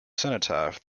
cenotaph